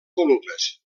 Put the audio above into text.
columnes